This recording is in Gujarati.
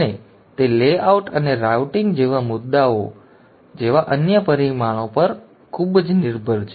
અને તે લેઆઉટ અને રાઉટિંગ મુદ્દાઓ જેવા અન્ય પરિમાણો પર ખૂબ નિર્ભર છે